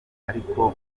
ariko